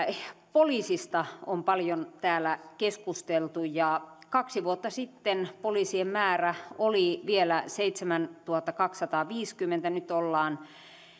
poliisista on paljon täällä keskusteltu kaksi vuotta sitten poliisien määrä oli vielä seitsemäntuhattakaksisataaviisikymmentä nyt ollaan